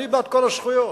אני בעד כל הזכויות,